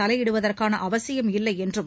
தலையிடுவதற்கான அவசியம் இல்லை என்றும்